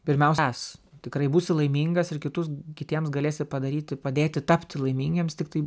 pirmiausia mes tikrai būsi laimingas ir kitus kitiems galėsi padaryti padėti tapti laimingiems tiktai